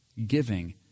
giving